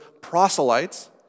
proselytes